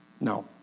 No